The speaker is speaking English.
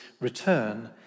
return